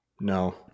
No